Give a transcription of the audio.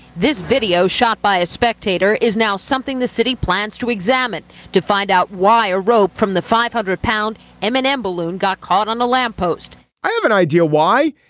this video shot by a spectator is now something the city plans to examine to find out why a rope from the five hundred pound m and m balloon got caught on a lamp post i have an idea why.